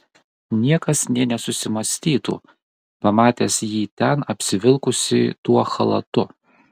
niekas nė nesusimąstytų pamatęs jį ten apsivilkusį tuo chalatu